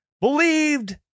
believed